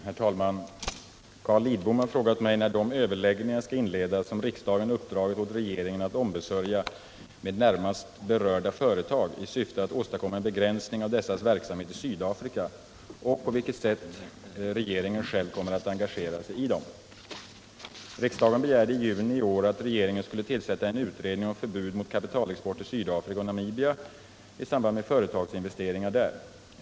Herr talman! Carl Lidbom har frågat mig när de överläggningar skall inledas som riksdagen uppdragit åt regeringen att ombesörja med närmast berörda företag i syfte att åstadkomma en begränsning av dessas verksamhet i Sydafrika och på vilket sätt regeringen själv kommer att engagera sig i dem. Riksdagen begärde i juni i år att regeringen skulle tillsätta en utredning om förbud mot kapitalexport till Sydafrika och Namibia i samband med företagsinvesteringar där.